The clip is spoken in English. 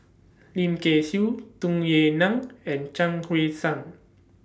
Lim Kay Siu Tung Yue Nang and Chuang Hui Tsuan